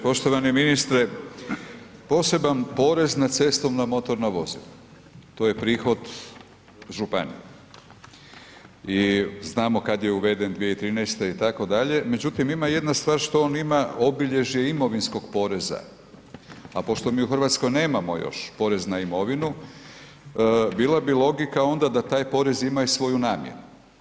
Poštovani ministre, poseban porez na cestovna motorna vozila to je prihod županije i znamo kad je uveden 2013. itd., međutim ima jedna stvar što on ima obilježje imovinskog poreza, a pošto mi u Hrvatskoj nemamo još porez na imovinu bila bi logika onda da taj porez ima i svoju namjenu.